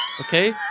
Okay